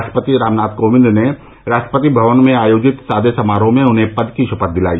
राष्ट्रपति रामनाथ कोविंद ने राष्ट्रपति भवन में आयोजित सादे समारोह में उन्हें पद की शपथ दिलाई